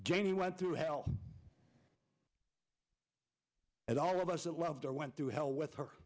he went through hell and all of us that loved her went through hell with her